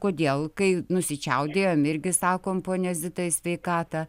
kodėl kai nusičiaudėjam irgi sakom ponia zita į sveikatą